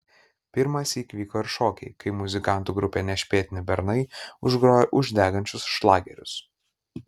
pirmąsyk vyko ir šokiai kai muzikantų grupė nešpėtni bernai užgrojo uždegančius šlagerius